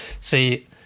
See